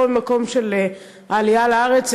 לא ממקום של העלייה לארץ,